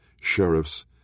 sheriffs